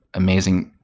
amazing,